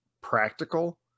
practical